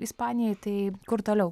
ispanijoj tai kur toliau